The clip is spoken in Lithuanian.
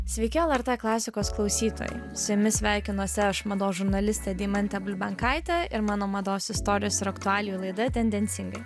sveiki lrt klasikos klausytojai su jumis sveikinuosi aš mados žurnalistė deimantė bulbenkaitė ir mano mados istorijos ir aktualijų laida tendencingai